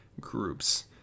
groups